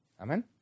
Amen